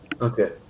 okay